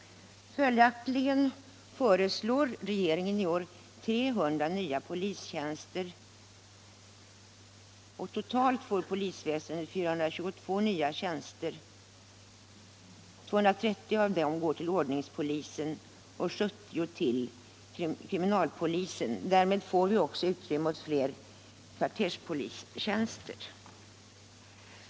Följaktligen föreslår regeringen i år 300 nya polistjänster, och totalt får polisväsendet 422 nya tjänster. Av dem går 230 till ordningspolisen och 70 till kriminalpolisen. Därmed får vi också utrymme åt fler kvarterspolistjänster.